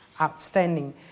outstanding